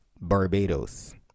barbados